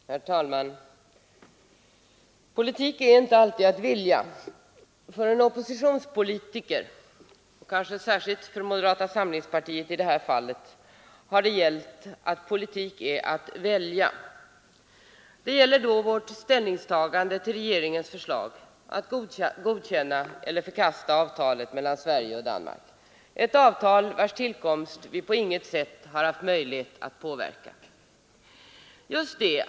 Herr talman! Politik är inte alltid att vilja. För oppositionspolitiker, kanske särskilt för moderata samlingspartiet i det här fallet, har det gällt att politik är att välja. Det är då fråga om vårt ställningstagande till regeringens förslag att godkänna avtalet mellan Sverige och Danmark, ett avtal vars tillkomst vi på inget sätt har haft möjlighet att påverka.